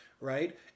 right